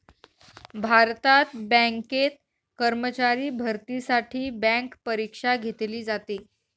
भारतात बँकेत कर्मचारी भरतीसाठी बँक परीक्षा घेतली जाते